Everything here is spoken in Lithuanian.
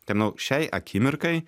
tai manau šiai akimirkai